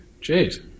Jeez